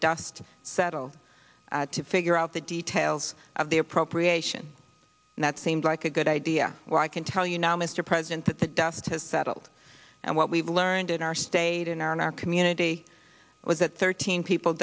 dust settled to figure out the details of the appropriation and that seemed like a good idea where i can tell you now mr president that the dust has settled and what we've learned in our state in our in our community was that thirteen people